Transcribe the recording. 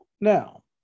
now